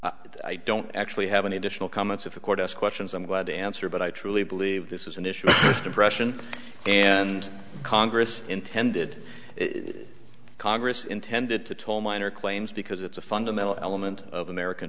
that i don't actually have any additional comments if the court ask questions i'm glad to answer but i truly believe this is an issue depression and congress intended congress intended to toll minor claims because it's a fundamental element of american